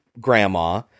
grandma